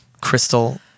crystal